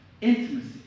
intimacy